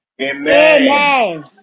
Amen